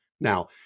Now